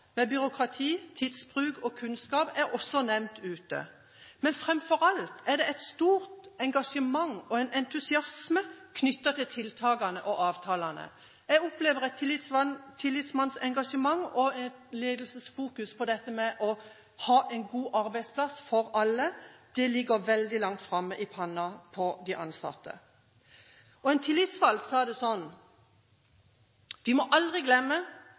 byråkrati, tidsbruk og kunnskap, er også nevnt ute. Men framfor alt er det et stort engasjement og en entusiasme knyttet til tiltakene og avtalene. Jeg opplever et tillitsvalgtengasjement og et ledelsesfokus på dette med å ha en god arbeidsplass for alle. Det ligger veldig langt framme i pannen på de ansatte. En tillitsvalgt sa det sånn: Vi må aldri glemme